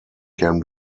can